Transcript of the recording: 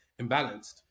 imbalanced